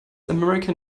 american